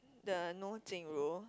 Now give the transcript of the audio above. the know Jing-Ru